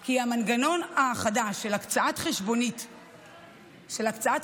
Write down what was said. כי המנגנון החדש של "הקצאת חשבונית ישראל",